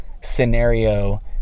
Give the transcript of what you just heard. scenario